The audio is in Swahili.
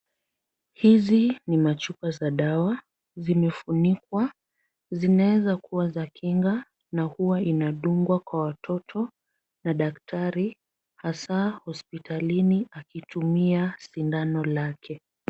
Hizi ni machupa za dawa zimefunikwa. Zinaweza kuwa za kinga na huwa inadungwa kwa watoto na daktari, hasa hospitalini akitumia sindano lake.